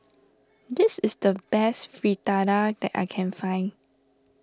this is the best Fritada that I can find